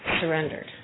surrendered